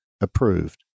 approved